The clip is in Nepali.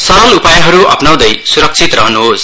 सरल उपायहरू अपनाउँदै सुरक्षित रहनुहोस्